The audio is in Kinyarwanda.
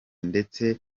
ndetse